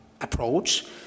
approach